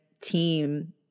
team